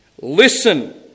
listen